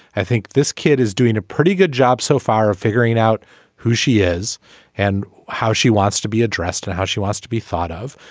i think this kid is doing a pretty good job so far of figuring out who she is and how she wants to be addressed and how she was to be thought of.